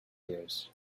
ears